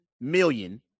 million